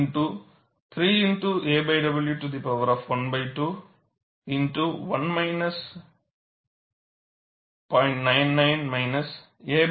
99 aw